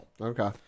Okay